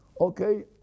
Okay